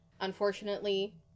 Unfortunately